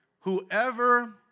Whoever